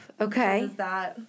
Okay